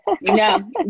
No